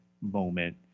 moment